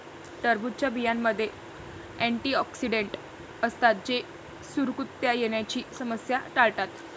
टरबूजच्या बियांमध्ये अँटिऑक्सिडेंट असतात जे सुरकुत्या येण्याची समस्या टाळतात